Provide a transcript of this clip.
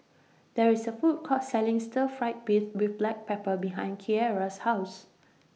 There IS A Food Court Selling Stir Fried Beef with Black Pepper behind Keara's House